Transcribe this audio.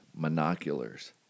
monoculars